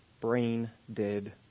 brain-dead